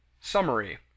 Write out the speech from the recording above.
Summary